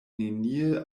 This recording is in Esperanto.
nenie